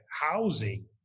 housing